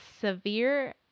severe